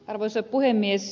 arvoisa puhemies